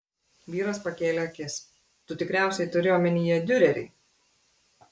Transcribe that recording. vyras pakėlė akis tu tikriausiai turi omenyje diurerį